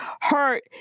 hurt